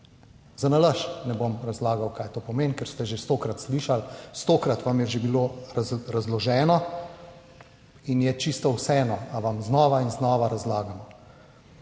Zanalašč, ne bom razlagal, kaj to pomeni, ker ste že stokrat slišali, stokrat vam je že bilo razloženo in mi je čisto vseeno ali vam znova in znova razlagamo.